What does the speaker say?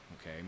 Okay